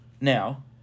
Now